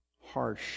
harsh